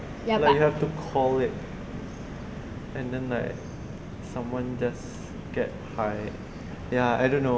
but you have to call it and then like someone just get high ya I don't know